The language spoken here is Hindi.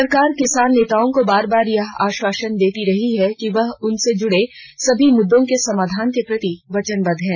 सरकार किसान नेताओं को बार बार यह आश्वासन देती रही है कि वह उनसे जुडे सभी मुद्दों के समाधान के प्रति वचनबद्ध है